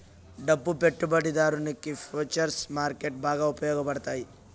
డబ్బు పెట్టుబడిదారునికి ఫుచర్స్ మార్కెట్లో బాగా ఉపయోగపడతాయి